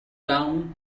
down